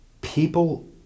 People